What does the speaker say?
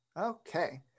Okay